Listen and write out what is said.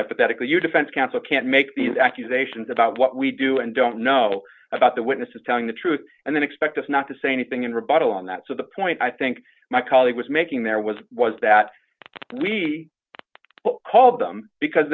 pathetically your defense counsel can't make these accusations about what we do and don't know about the witnesses telling the truth and then expect us not to say anything in rebuttal on that so the point i think my colleague was making there was was that we called them because